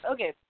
Okay